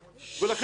לכן שוב